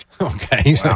Okay